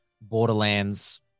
borderlands